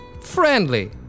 Friendly